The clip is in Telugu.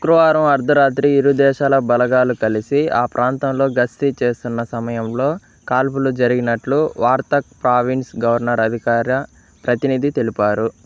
శుక్రవారం అర్థరాత్రి ఇరు దేశాల బలగాలు కలిసి ఆ ప్రాంతంలో గస్తీ చేస్తున్న సమయంలో కాల్పులు జరిగినట్లు వార్దక్ ప్రావిన్స్ గవర్నర్ అధికార ప్రతినిధి తెలిపారు